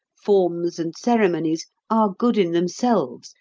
forms and ceremonies are good in themselves,